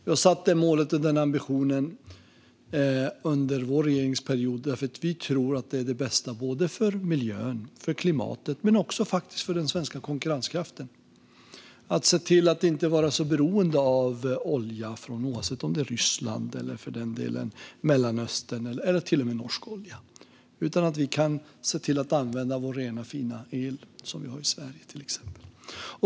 Vi har satt det målet och den ambitionen under vår regeringsperiod, för vi tror att det bästa inte bara för miljön och klimatet utan faktiskt också för den svenska konkurrenskraften är att se till att inte vara så beroende av olja. Det gäller oavsett om oljan kommer från Ryssland eller för den delen Mellanöstern - eller till och med Norge. I stället kan vi se till att använda den rena, fina el vi har i Sverige.